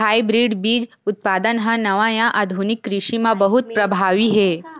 hybrid बीज उत्पादन हा नवा या आधुनिक कृषि मा बहुत प्रभावी हे